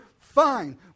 Fine